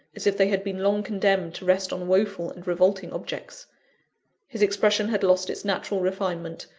as if they had been long condemned to rest on woeful and revolting objects his expression had lost its natural refinement,